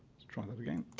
try that again.